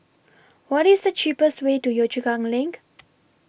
What IS The cheapest Way to Yio Chu Kang LINK